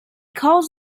calls